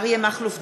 אריה מכלוף דרעי,